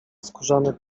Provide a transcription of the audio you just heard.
skórzane